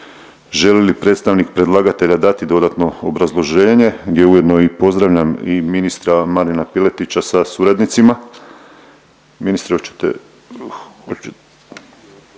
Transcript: Želi li predstavnik predlagatelja dati dodatno obrazloženje gdje ujedno i pozdravljam i ministra Marina Piletića sa suradnicima? Ministre oćete,